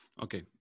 Okay